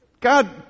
God